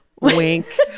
Wink